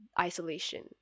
isolation